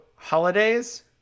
Holidays